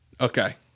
Okay